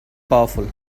powerful